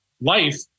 life